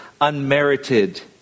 unmerited